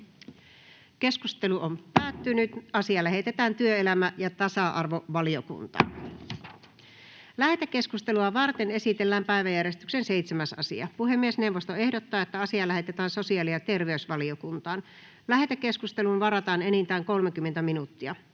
ja voimaansaattamiseksi Time: N/A Content: Lähetekeskustelua varten esitellään päiväjärjestyksen 9. asia. Puhemiesneuvosto ehdottaa, että asia lähetetään sosiaali- ja terveysvaliokuntaan. Lähetekeskusteluun varataan enintään 30 minuuttia.